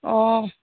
অঁ